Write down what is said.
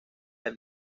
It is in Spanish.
del